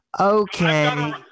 Okay